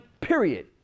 period